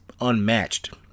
unmatched